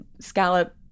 scallop